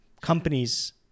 companies